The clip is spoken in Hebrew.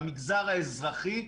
למגזר האזרחי,